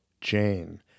Jane